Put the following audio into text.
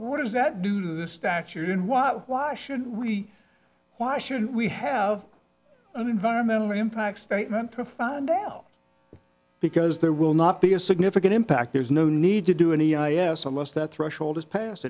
what does that do this statute in wa why should we why should we have an environmental impact statement to find out because there will not be a significant impact there's no need to do any i a s unless that threshold is passed